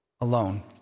alone